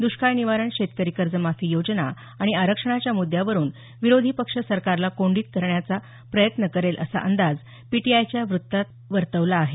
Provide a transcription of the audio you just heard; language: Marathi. द्ष्काळ निवारण शेतकरी कर्जमाफी योजना आणि आरक्षणाच्या मुद्द्यावरून विरोधी पक्ष सरकारला कोंडीत पकडण्याचा प्रयत्न करेल असा अंदाज पीटीआयच्या वृत्तात वर्तवला आहे